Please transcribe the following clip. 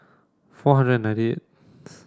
four hundred and ninety eighth